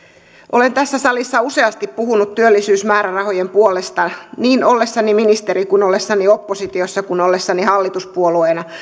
olen tässä salissa useasti puhunut työllisyysmäärärahojen puolesta niin ollessani ministeri ollessani oppositiossa kuin ollessani